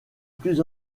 plus